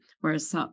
whereas